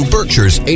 Berkshire's